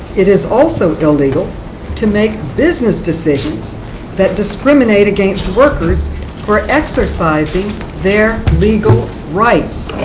it is also illegal to make business decisions that discriminate against workers for exercising their legal rights.